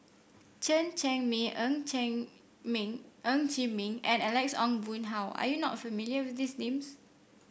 Chen Cheng Mei Ng Chee Meng Ng Chee Meng and Alex Ong Boon Hau are you not familiar with these names